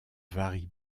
varie